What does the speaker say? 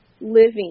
living